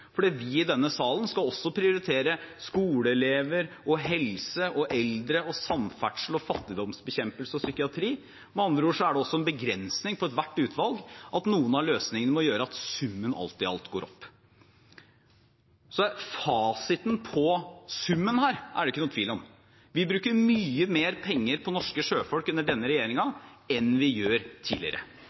vi i denne salen skal også prioritere skoleelever, helse, eldre, samferdsel, fattigdomsbekjempelse og psykiatri. Med andre ord er det en begrensning for ethvert utvalg at noen av løsningene må gjøre at summen alt i alt går opp. Fasiten på summen her er det ikke noen tvil om. Vi bruker mye mer penger på norske sjøfolk under denne regjeringen enn vi gjorde tidligere.